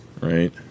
right